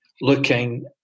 looking